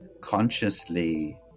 consciously